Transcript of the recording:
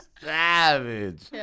savage